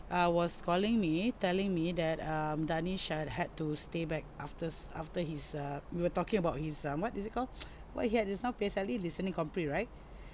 uh was calling me telling me that um darnish uh had to stay back after after his uh we were talking about his um what is it called what he had is now P_S_L_E listening compre right